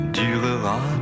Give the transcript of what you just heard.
durera